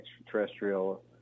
extraterrestrial